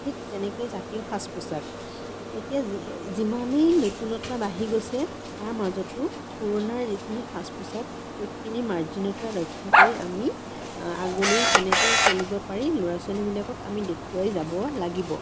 ঠিক তেনেকৈয়ে জাতীয় সাজ পোচাক এতিয়া যি যিমানেই নতুনত্ব বাঢ়ি গৈছে তাৰ মাজতো পুৰণা যিখিনি সাজ পোচাক সেইখিনিৰ মাৰ্জিনতা ৰক্ষা কৰি আমি আগলৈও কেনেকৈ চলিব পাৰি ল'ৰা ছোৱালীবিলাকক আমি দেখুৱাই যাব লাগিব